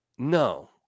no